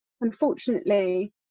unfortunately